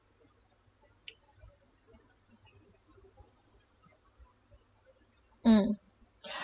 mm